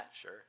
sure